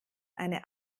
eine